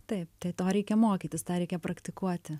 taip tai to reikia mokytis tą reikia praktikuoti